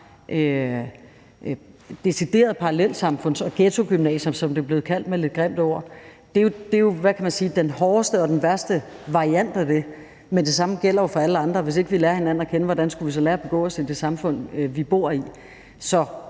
deciderede parallelsamfunds- og ghettogymnasier, som det med et lidt grimt ord er blevet kaldt. Det er jo den hårdeste og den værste variant af det. Men det samme gælder jo for alle andre; hvis ikke vi lærer hinanden at kende, hvordan skulle vi så lære at begå os i det samfund, vi bor i? Så